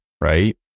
Right